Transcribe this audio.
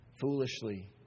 foolishly